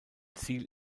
ziel